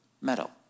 metal